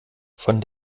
von